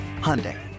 Hyundai